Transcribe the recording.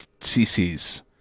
cc's